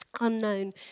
unknown